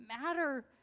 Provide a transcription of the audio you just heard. matter